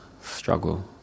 struggle